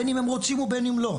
בין אם הם רוצים בכך ובין אם לא,